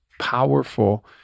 powerful